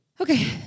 Okay